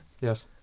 Yes